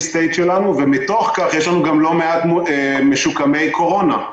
נכון, ומתוך כך יש לנו גם לא מעט משוקמיי קורונה.